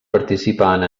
participant